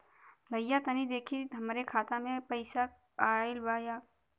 भईया तनि देखती हमरे खाता मे पैसा आईल बा की ना?